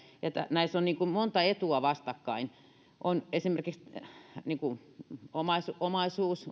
näissä on monta etua vastakkain ulosotossa ja konkurssissa on esimerkiksi omaisuus